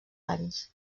anys